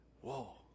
Whoa